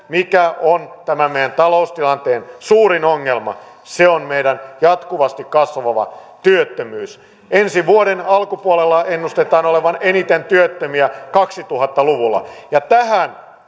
mikä on tämän meidän taloustilanteemme suurin ongelma se on meidän jatkuvasti kasvava työttömyys ensi vuoden alkupuolella ennustetaan olevan eniten työttömiä kaksituhatta luvulla ja tähän